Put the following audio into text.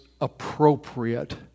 appropriate